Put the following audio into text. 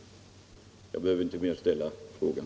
Jag behöver inte göra mer än ställa frågan.